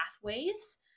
pathways